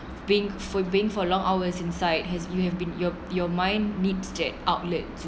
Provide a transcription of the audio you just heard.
being for being for long hours inside has you have been your your mind needs that outlet